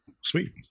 Sweet